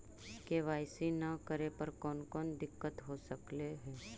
KYC न करे पर कौन कौन दिक्कत हो सकले हे?